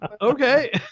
Okay